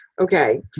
Okay